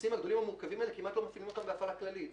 המטוסים הגדולים המורכבים האלה כמעט לא מפעילים אותם בהפעלה כללית,